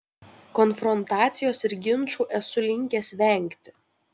konfrontacijos ir ginčų esu linkęs vengti